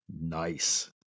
Nice